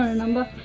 ah number?